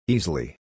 Easily